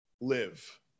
live